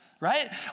right